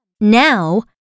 Now